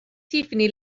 tiffany